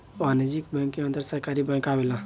वाणिज्यिक बैंक के अंदर सरकारी बैंक आवेला